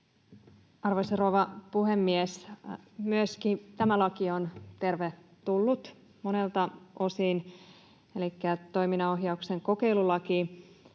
Arvoisa rouva puhemies! Myöskin tämä laki on tervetullut monelta osin, elikkä toiminnanohjauksen kokeilulaki.